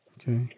Okay